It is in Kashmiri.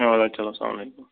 اَدٕ حظ چلو سلامُ علیکُم